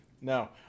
No